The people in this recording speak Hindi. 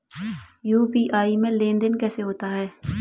यू.पी.आई में लेनदेन कैसे होता है?